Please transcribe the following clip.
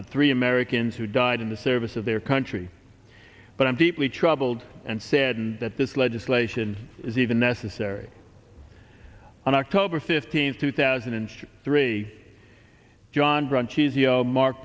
for three americans who died in the service of their country but i'm deeply troubled and saddened that this legislation is even necessary on october fifteenth two thousand and three john brunche